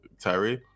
Tyree